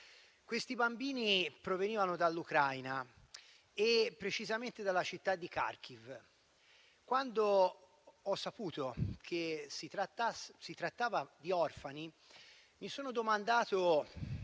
bambini; bambini che provenivano dall'Ucraina, precisamente dalla città di Kharkiv. Quando ho saputo che si trattava di orfani, ho pensato